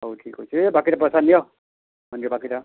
ହଉ ଠିକ୍ ଅଛି ଏ ବାକିର୍ ପଇସା ନିଅ ହଁ ନିଅ ବାକିଟା